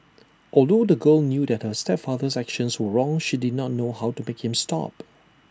although the girl knew that her stepfather's actions were wrong she did not know how to make him stop